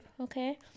Okay